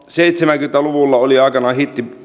seitsemänkymmentä luvulla oli aikoinaan hitti